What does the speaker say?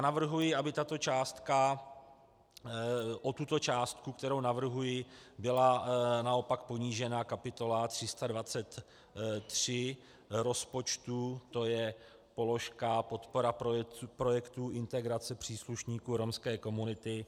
Navrhuji, aby o tuto částku, kterou navrhuji, byla naopak ponížena kapitola 323 rozpočtu, to je položka podpora projektů integrace příslušníků romské komunity.